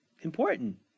important